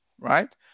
right